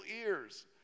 ears